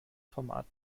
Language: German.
format